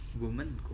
woman